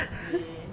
okay